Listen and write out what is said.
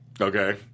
Okay